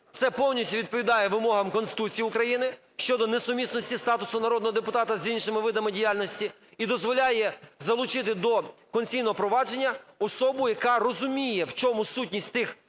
Це повністю відповідає вимогам Конституції України щодо несумісності статусу народного депутата з іншими видами діяльності і дозволяє залучити до конституційного провадження особу, яка розуміє, в чому сутність тих